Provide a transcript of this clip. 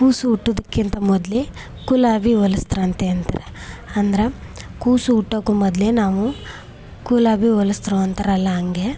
ಕೂಸು ಹುಟ್ಟೋದಕ್ಕಿಂತ ಮೊದಲೇ ಕುಲಾವಿ ಹೋಲಿಸ್ತ್ರಂತೆ ಅಂತಾರ ಅಂದ್ರೆ ಕೂಸು ಹುಟ್ಟೋಕ್ಕೂ ಮೊದಲೇ ನಾವು ಕುಲಾವಿ ಹೊಲಿಸ್ತ್ರು ಅಂತಾರಲ್ಲ ಹಂಗೆ